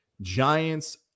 Giants